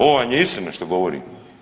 Ovo vam je istina što govorim.